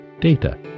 data